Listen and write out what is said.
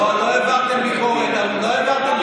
לא, לא העברתם ביקורת.